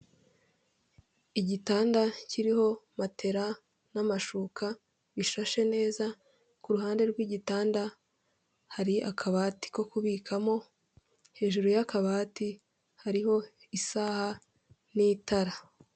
Igitanda kiriho matera n'amashuka bishashe neza, ku ruhande rw'igitanda hari akabati ko kubikamo, hejuru y'akabati hariho isaha n'intara.